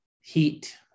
heat